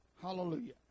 Hallelujah